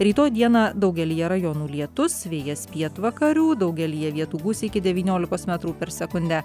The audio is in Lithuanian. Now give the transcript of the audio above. rytoj dieną daugelyje rajonų lietus vėjas pietvakarių daugelyje vietų gūsiai iki devyniolikos metrų per sekundę